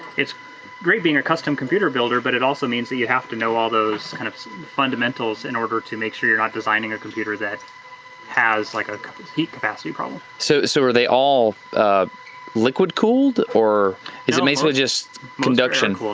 it's great being a custom computer builder but it also means that you have to know all those kind of fundamentals in order to make sure you're not designing a computer that has like a heat capacity problem. so so are they all liquid cooled or is it mainly just conduction?